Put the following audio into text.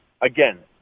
Again